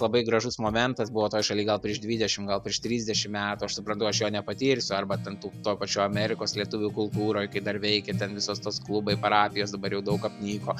labai gražus momentas buvo toj šaly gal prieš dvidešim gal prieš trisdešim metų aš suprantu aš jo nepatirsiu arba ten tų toj pačioj amerikos lietuvių kultūroj kai dar veikė ten visos tos klubai parapijos dabar jau daug apnyko